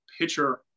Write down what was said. pitcher